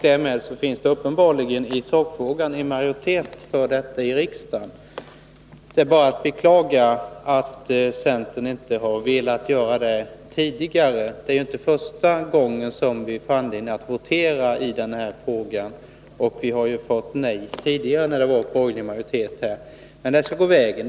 Därmed finns i sakfrågan uppenbarligen en majoritet för detta i riksdagen. Det är bara att beklaga att centern inte velat göra på detta sätt. Det är ju inte första gången vi får anledning att votera i denna fråga. Och vi har tidigare fått nej när det har varit borgerlig majoritet. Men nu skulle det alltså gå vägen.